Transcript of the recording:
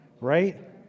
Right